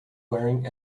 wearing